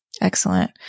excellent